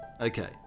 Okay